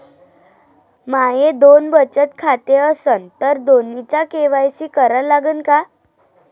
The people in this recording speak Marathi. माये दोन बचत खाते असन तर दोन्हीचा के.वाय.सी करा लागन का?